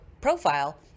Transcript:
profile